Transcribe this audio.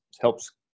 helps